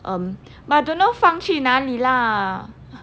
um but I don't know 放去哪里啦